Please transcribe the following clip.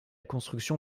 construction